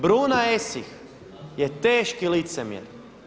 Bruna Esih je teški licemjer.